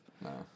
No